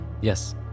Yes